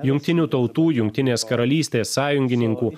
jungtinių tautų jungtinės karalystės sąjungininkų